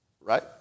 right